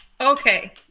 Okay